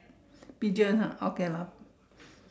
pigeon ha okay lah